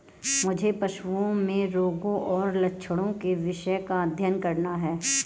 मुझे पशुओं में रोगों और लक्षणों के विषय का अध्ययन करना है